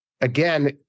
again